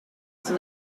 for